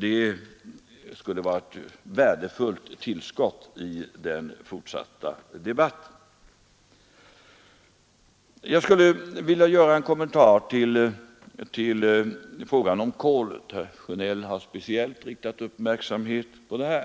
Det skulle vara ett värdefullt tillskott i den fortsatta debatten. Så en kommentar till frågan om kolet. Herr Sjönell har speciellt riktat uppmärksamheten på den.